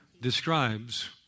describes